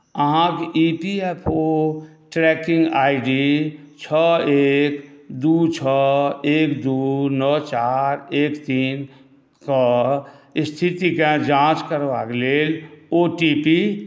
अहाँके E P F O tracking I D छओ एक दुइ छओ एक दुइ नओ चारि एक तीनके इस्थितिके जाँच करबाक लेल ओ टी पी